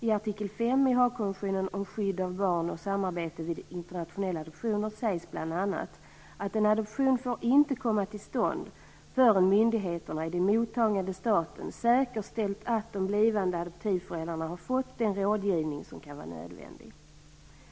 I artikel 5 i Haagkonventionen om skydd av barn och samarbete vid internationella adoptioner sägs bl.a. att en adoption inte får komma till stånd förrän myndigheterna i den mottagande staten "säkerställt att de blivande adoptivföräldrarna har fått den rådgivning som kan vara nödvändig".